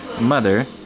Mother